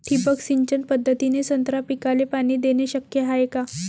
ठिबक सिंचन पद्धतीने संत्रा पिकाले पाणी देणे शक्य हाये का?